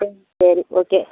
ம் சரி ஓகே